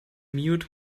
mute